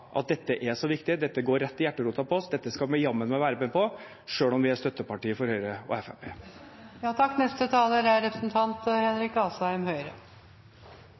at dette er så viktig, dette går rett i hjerterota på oss, dette skal vi jammen meg være med på, selv om vi er støttepartier for Høyre og